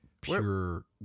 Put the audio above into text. pure